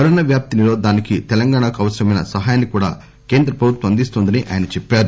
corona వ్యాప్తి నిరోధానికి తెలంగాణకు అవసరమైన సహాయాన్ని కూడా కేంద్ర ప్రభుత్వం అందిస్తోందని ఆయన చెప్పారు